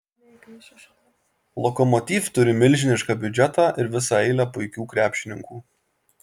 lokomotiv turi milžinišką biudžetą ir visą eilę puikių krepšininkų